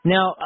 Now